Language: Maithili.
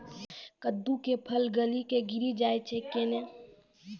कददु के फल गली कऽ गिरी जाय छै कैने?